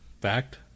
Fact